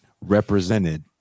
represented